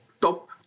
top